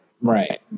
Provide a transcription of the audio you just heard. Right